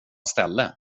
ställe